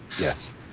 Yes